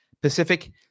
pacific